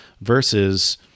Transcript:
versus